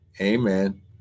Amen